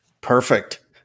Perfect